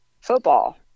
football